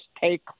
take